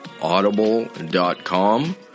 Audible.com